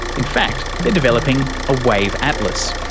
in fact, they're developing a wave atlas.